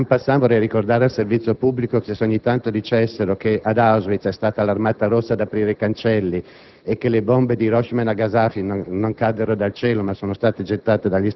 Questi due prodotti sono il frutto di una umanità che usciva dalla tragedia della Seconda guerra mondiale, dai cancelli di Auschwitz e dal crimine di Hiroshima e Nagasaki.